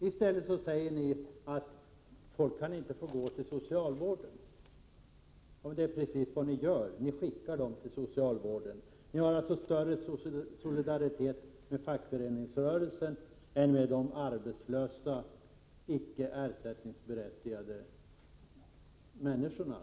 I stället säger ni att folk inte skall behöva skickas till socialvården, men det är precis vad ni gör — ni skickar dem till socialvården. Ni känner alltså större solidaritet med fackföreningsrörelsen än med de arbetslösa, icke ersättningsberättigade människorna.